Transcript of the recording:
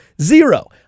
Zero